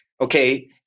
okay